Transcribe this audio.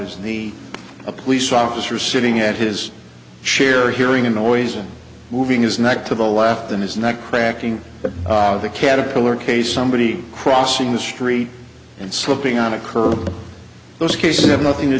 the a police officer sitting at his chair hearing a noise and moving his neck to the left in his neck cracking the caterpillar case somebody crossing the street and slipping on a curb those cases have nothing to